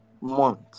month